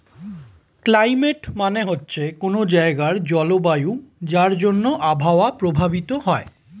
climate মানে হচ্ছে কোনো জায়গার জলবায়ু যার জন্যে আবহাওয়া প্রভাবিত হয়